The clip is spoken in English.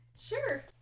Sure